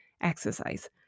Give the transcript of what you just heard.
exercise